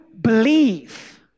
believe